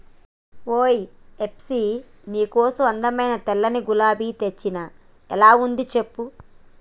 ఓయ్ హెప్సీ నీ కోసం అందమైన తెల్లని గులాబీ తెచ్చిన ఎలా ఉంది సెప్పు